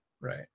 Right